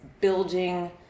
building